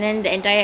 ya